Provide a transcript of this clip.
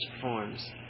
forms